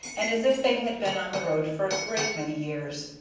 and as if they had been on the road for a great many years.